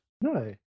No